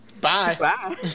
Bye